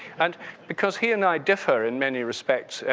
and because he and i differ in many respects,